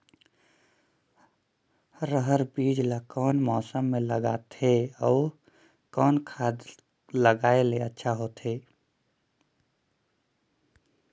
रहर बीजा ला कौन मौसम मे लगाथे अउ कौन खाद लगायेले अच्छा होथे?